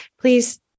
Please